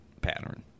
pattern